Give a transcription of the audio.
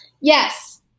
Yes